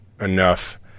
enough